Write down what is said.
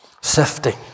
sifting